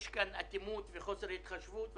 יש כאן אטימות וחוסר התחשבות.